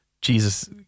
Jesus